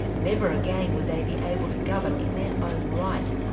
never again would they be able to govern in their own right.